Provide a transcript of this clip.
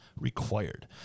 required